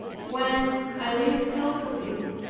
when i least thought of it,